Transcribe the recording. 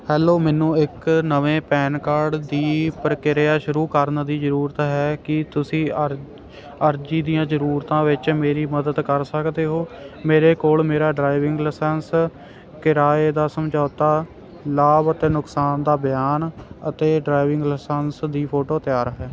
hello ਮੈਨੂੰ ਇੱਕ ਨਵੇਂ ਪੈਨ ਕਾਰਡ ਦੀ ਪ੍ਰਕਿਰਿਆ ਸ਼ੁਰੂ ਕਰਨ ਦੀ ਜ਼ਰੂਰਤ ਹੈ ਕੀ ਤੁਸੀਂ ਅਰ ਅਰਜ਼ੀ ਦੀਆਂ ਜ਼ਰੂਰਤਾਂ ਵਿੱਚ ਮੇਰੀ ਮਦਦ ਕਰ ਸਕਦੇ ਹੋ ਮੇਰੇ ਕੋਲ ਮੇਰਾ ਡਰਾਈਵਿੰਗ ਲਸੰਸ ਕਿਰਾਏ ਦਾ ਸਮਝੌਤਾ ਲਾਭ ਅਤੇ ਨੁਕਸਾਨ ਦਾ ਬਿਆਨ ਅਤੇ ਡਰਾਈਵਿੰਗ ਲਸੰਸ ਦੀ ਫੋਟੋ ਤਿਆਰ ਹੈ